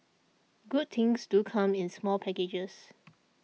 good things do come in small packages